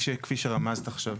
כפי שרמזת עכשיו?